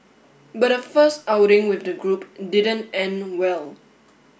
but her first outing with the group didn't end well